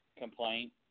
complaint